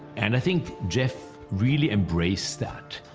and i think jeff really embraced that,